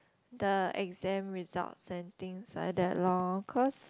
the exam results and things like that lor cause